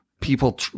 people